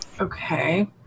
Okay